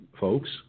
folks